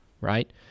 right